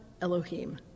Elohim